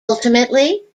ultimately